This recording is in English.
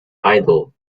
idol